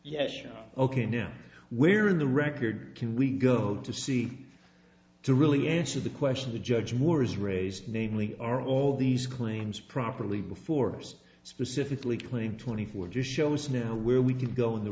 yes ok no where in the record can we go to see to really answer the question the judge moore has raised namely are all these claims properly before us specifically claim twenty four do shows now where we can go on the